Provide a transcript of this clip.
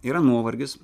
yra nuovargis